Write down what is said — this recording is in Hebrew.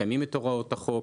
מקיימים את הוראות החוק,